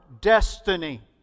destiny